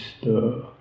stir